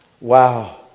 Wow